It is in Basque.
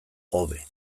hobe